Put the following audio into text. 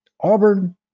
Auburn